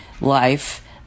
life